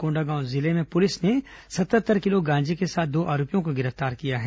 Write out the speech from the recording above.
कोंडागांव जिले में पुलिस ने सतहत्तर किलो गांजें के साथ दो आरोपियों को गिरफ्तार किया है